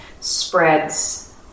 spreads